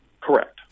Correct